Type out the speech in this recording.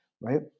right